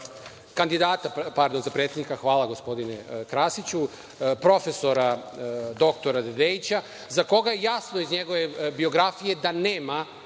kandidata pardon, za predsednika, hvala gospodine Krasiću, prof. dr Dedejića, za koga je jasno iz njegove biografije da nema